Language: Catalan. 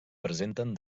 presenten